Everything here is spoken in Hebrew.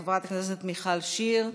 חברת הכנסת מיכל שיר,